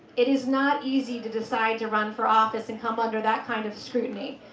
it is not easy to decide to run for office and come under that kind of scrutiny.